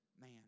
man